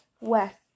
west